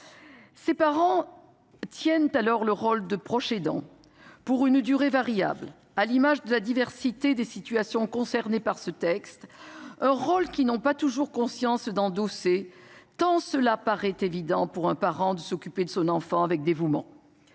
Les parents tiennent alors le rôle de proches aidants pour une durée variable, à l’image de la diversité des situations concernées par ce texte ; un rôle qu’ils n’ont pas toujours conscience d’endosser, tant il paraît évident de s’occuper de son enfant avec dévouement.